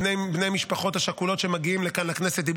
בני המשפחות השכולות שמגיעים לכאן לכנסת.